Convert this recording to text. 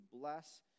bless